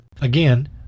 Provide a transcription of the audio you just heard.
Again